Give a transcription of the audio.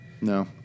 No